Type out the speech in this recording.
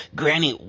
granny